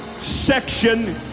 section